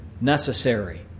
necessary